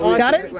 got it?